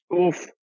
Oof